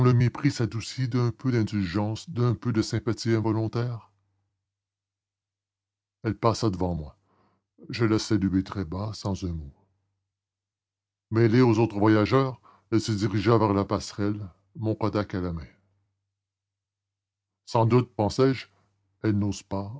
mépris s'adoucit d'un peu d'indulgence d'un peu de sympathie involontaire elle passa devant moi je la saluai très bas sans un mot mêlée aux autres voyageurs elle se dirigea vers la passerelle mon kodak à la main sans doute pensai-je elle n'ose pas